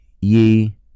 ye